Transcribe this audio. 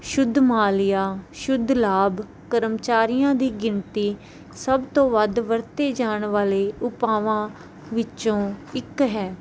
ਸ਼ੁੱਧ ਮਾਲੀਆ ਸ਼ੁੱਧ ਲਾਭ ਕਰਮਚਾਰੀਆਂ ਦੀ ਗਿਣਤੀ ਸਭ ਤੋਂ ਵੱਧ ਵਰਤੇ ਜਾਣ ਵਾਲੇ ਉਪਾਵਾਂ ਵਿੱਚੋਂ ਇਕ ਹੈ